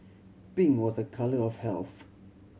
pink was a colour of health